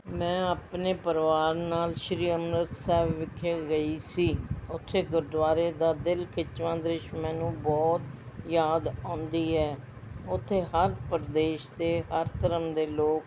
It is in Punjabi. ਮੈਂ ਆਪਣੇ ਪਰਿਵਾਰ ਨਾਲ ਸ਼੍ਰੀ ਅੰਮ੍ਰਿਤਸਰ ਸਾਹਿਬ ਵਿਖੇ ਗਈ ਸੀ ਉੱਥੇ ਗੁਰਦੁਆਰੇ ਦਾ ਦਿਲ ਖਿੱਚਵਾਂ ਦ੍ਰਿਸ਼ ਮੈਨੂੰ ਬਹੁਤ ਯਾਦ ਆਉਂਦੀ ਹੈ ਉੱਥੇ ਹਰ ਪ੍ਰਦੇਸ਼ ਅਤੇ ਹਰ ਧਰਮ ਦੇ ਲੋਕ